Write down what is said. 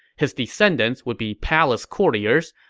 his descendants would be palace courtiers.